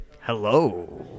Hello